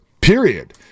period